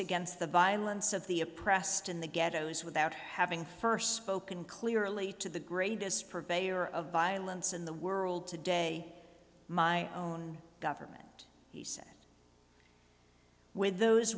against the violence of the oppressed in the ghettos without having first spoken clearly to the greatest purveyor of violence in the world today my own government he said with those